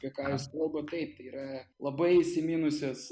apie ką jūs kalbat taip yra labai įsiminusios